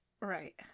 Right